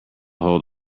hold